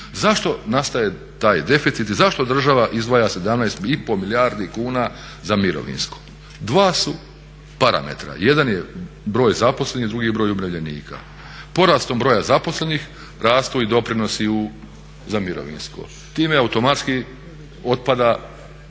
Zašto nastaje taj deficit i zašto država izdvaja 17,5 milijardi kuna za mirovinsko? Dva su parametra, jedan je broj zaposlenih, drugi je broj umirovljenika. Porastom broj zaposlenih rastu i doprinosi za mirovinsko. Time automatski otpada dotiranje